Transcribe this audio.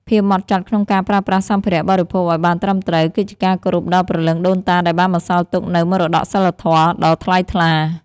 ភាពហ្មត់ចត់ក្នុងការប្រើប្រាស់សម្ភារៈបរិភោគឱ្យបានត្រឹមត្រូវគឺជាការគោរពដល់ព្រលឹងដូនតាដែលបានបន្សល់ទុកនូវមរតកសីលធម៌ដ៏ថ្លៃថ្លា។